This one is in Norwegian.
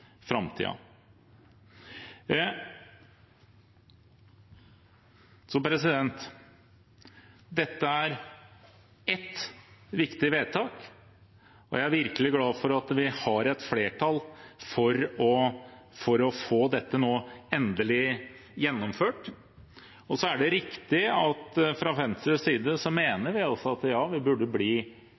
Dette er et viktig vedtak, og jeg er virkelig glad for at vi har et flertall for endelig å få dette gjennomført. Det er riktig at vi fra Venstres side mener at vi burde bli enda mer integrert i EU og bli